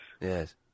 Yes